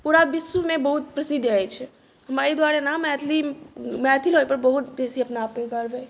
पूरा विश्वमे बहुत प्रसिद्ध अछि हमरा एहि दुआरे ने मैथिली मैथिल होय पर बहुत बेसी अपना आप पर गर्व अछि